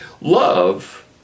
Love